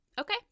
Okay